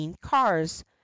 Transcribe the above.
cars